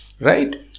right